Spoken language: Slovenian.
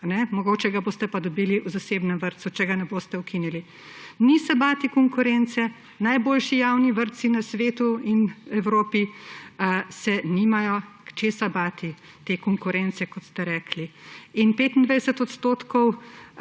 Mogoče ga boste pa dobili v zasebnem vrtcu, če ga ne boste ukinili. Ni se bati konkurence, najboljši javni vrtci na svetu in v Evropi se nimajo česa bati, te konkurence, kot ste rekli. In 25 odstotkov